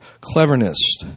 cleverness